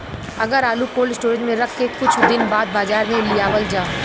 अगर आलू cold storage में रख के कुछ दिन बाद बाजार में लियावल जा?